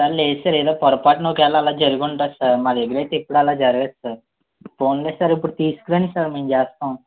sir లేదు sir ఏదో పొరపాటున ఒకేలా అలా జరిగివుంటుంది సార్ మా దగ్గరైతే ఎప్పుడలా జరగదు సార్ పోనిలే సార్ ఇప్పుడు తీసుకురండి సార్ మేము చేస్తాం